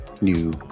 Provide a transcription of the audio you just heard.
new